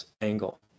angle